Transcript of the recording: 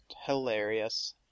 hilarious